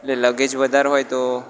luggage વધારે હોય તો